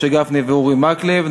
משה גפני ואורי מקלב.